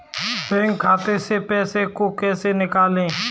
Bank खाते से पैसे को कैसे निकालें?